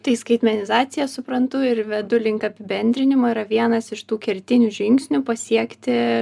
tai skaitmenizacija suprantu ir vedu link apibendrinimo yra vienas iš tų kertinių žingsnių pasiekti